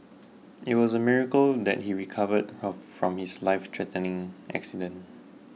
it was a miracle that he recovered her from his lifethreatening accident